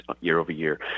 year-over-year